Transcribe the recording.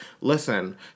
listen